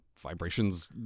vibrations